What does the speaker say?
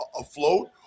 afloat